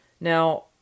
Now